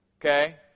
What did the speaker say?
Okay